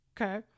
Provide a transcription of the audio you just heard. okay